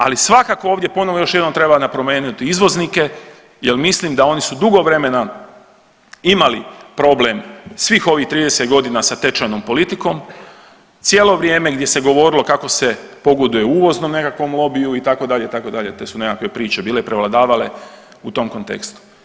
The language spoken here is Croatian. Ali svakako ovdje ponovo još jednom treba napomenuti izvoznike jer mislim da oni su dugo vremena imali problem svih ovih 30 godina sa tečajnom politikom, cijelo vrijeme gdje se govorilo kako se pogoduje uvoznom nekakvom lobiju itd., itd. te su nekakve priče bile prevladavale u tom kontekstu.